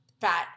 fat